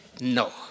no